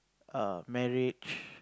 err marriage